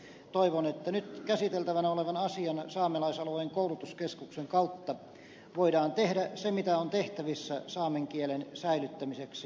tämä on haasteellinen tehtävä mutta toivon että nyt käsiteltävänä olevan asian saamelaisalueen koulutuskeskuksen kautta voidaan tehdä se mitä on tehtävissä saamen kielen säilyttämiseksi